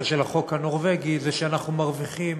של החוק הנורבגי הוא שאנחנו מרוויחים